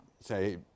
say